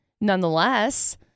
nonetheless